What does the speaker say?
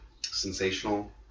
sensational